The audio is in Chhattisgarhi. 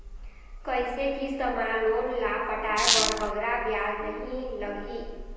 कइसे किस्त मा लोन ला पटाए बर बगरा ब्याज नहीं लगही?